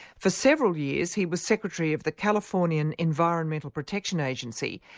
for several years he was secretary of the californian environmental protection agency,